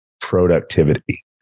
productivity